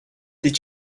did